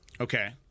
Okay